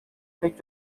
pek